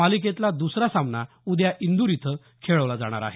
मालिकेतला दुसरा सामना उद्या इंदूर इथं खेळवला जाणार आहे